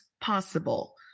possible